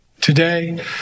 Today